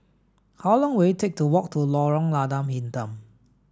how long will it take to walk to Lorong Lada Hitam